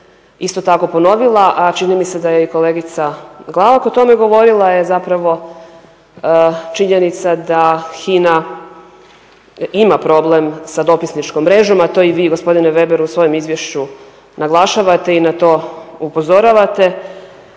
isto tako ponovila, a čini mi se da je i kolegica Glavak o tome govorila je zapravo činjenica da HINA ima problem sa dopisničkom mrežom, a to i vi gospodine Veber u svojem izvješću naglašavate i na to upozoravate.